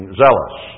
zealous